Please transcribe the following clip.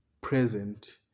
present